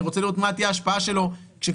אני רוצה לראות מה תהיה ההשפעה שלו כשכבר